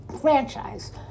franchise